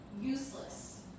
useless